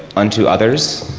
on to others,